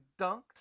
dunked